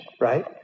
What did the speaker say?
right